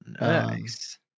Nice